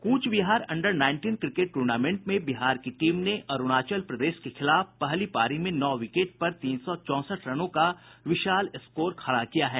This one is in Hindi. कूच Behar under nineteen cricket tournament में बिहार की टीम ने अरूणाचल प्रदेश के खिलाफ पहली पारी में नौ विकेट पर तीन सौ चौसठ रनों का विशाल स्कोर खड़ा किया है